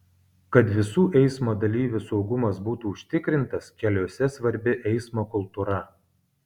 kad visų eismo dalyvių saugumas būtų užtikrintas keliuose svarbi eismo kultūra